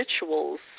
rituals